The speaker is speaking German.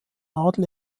adel